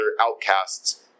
outcasts